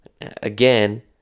again